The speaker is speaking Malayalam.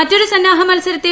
മറ്റൊരു സന്നാഹ മത്സരത്തിൽ